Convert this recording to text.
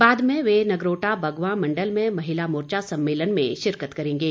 बाद में वे नगरोटा बगंवा मंडल में महिला मोर्चा के सम्मेलन में शिरकत करेंगे